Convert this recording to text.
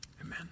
Amen